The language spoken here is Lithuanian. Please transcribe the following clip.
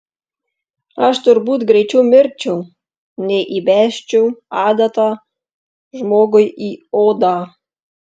aš turbūt greičiau mirčiau nei įbesčiau adatą žmogui į odą